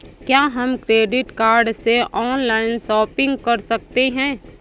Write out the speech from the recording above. क्या हम credit card से ऑनलाइन शॉपिंग कर सकते हैं?